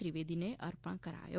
ત્રિવેદીને અર્પણ કરાયો